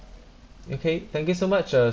okay thank you so much uh